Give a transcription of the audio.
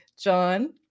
John